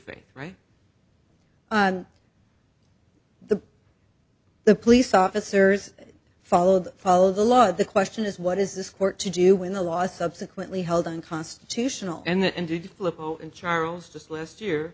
faith right the the police officers followed follow the law the question is what is this court to do when the law subsequently held unconstitutional and did and charles just last year